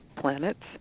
planets